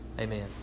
Amen